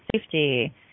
safety